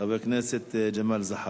חבר הכנסת ג'מאל זחאלקה.